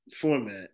format